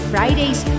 Fridays